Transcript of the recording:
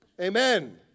Amen